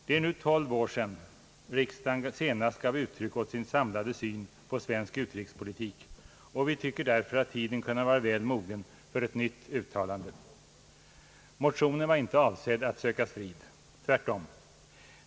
Det är nu tolv år sedan riksdagen senast gav uttryck åt sin samlade syn på svensk utrikespolitik. Vi tycker därför att tiden kunde vara väl mogen för ett nytt uttalande. Motionen var inte avsedd att söka strid.